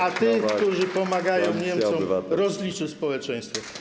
A tych, którzy pomagają Niemcom, rozliczy społeczeństwo.